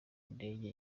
ndege